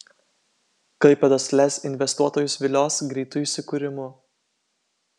klaipėdos lez investuotojus vilios greitu įsikūrimu